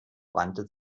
wandte